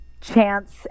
chance